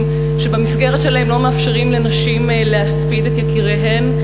שבמסגרת שלהם לא מאפשרים לנשים להספיד את יקיריהן,